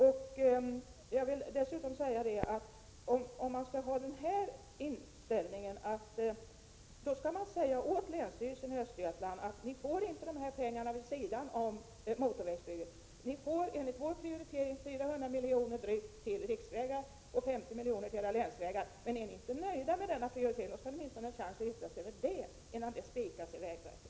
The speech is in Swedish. Dessutom vill jag säga att man, om man skall ha nämnda inställning, skall säga till länsstyrelsen i Östergötland: Ni får inte de här pengarna utanför den ram som gäller för motorvägsbygget. Enligt vår prioritering får ni drygt 400 miljoner till riksvägar och 50 miljoner till era länsvägar. Om man inte är nöjd med en sådan prioritering, skall man väl åtminstone ha en chans att yttra sig innan det hela spikas i vägverket.